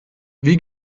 wie